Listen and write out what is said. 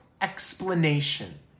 explanation